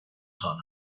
خوانم